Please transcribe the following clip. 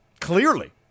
Clearly